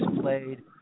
played